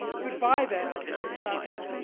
good-bye then, miss asta.